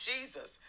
Jesus